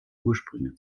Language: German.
ursprünge